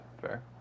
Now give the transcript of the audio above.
fair